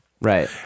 Right